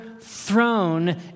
throne